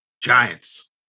Giants